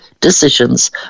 decisions